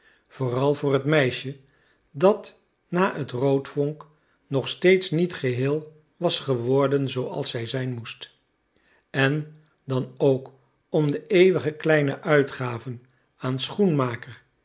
vooral voor het meisje dat na het roodvonk nog steeds niet geheel was geworden zooals zij zijn moest en dan ook om de eeuwige kleine uitgaven aan schoenmaker